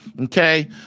Okay